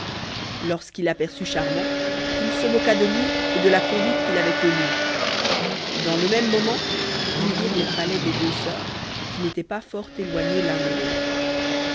lorsqu'il aperçut charmant il se moqua de lui et de la conduite qu'il avait tenue dans le même moment ils virent les palais des deux sœurs qui n'étaient pas fort éloignés l'un de l'autre